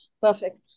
Perfect